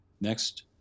Next